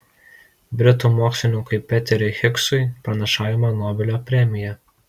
britų mokslininkui peteriui higsui pranašaujama nobelio premija